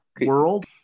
world